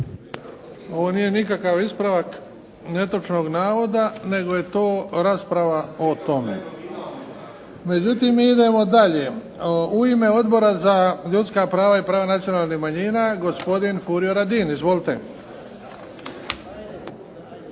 Ovo nije nikakav ispravak netočnog navoda nego je to rasprava o tome. Međutim mi idemo dalje. U Ime Odbora za ljudska prava i prava nacionalnih manjina gospodin Furio Radin. Izvolite.